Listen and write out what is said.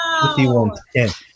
51-10